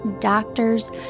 doctors